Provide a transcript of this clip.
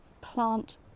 plant